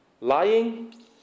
Lying